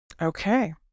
Okay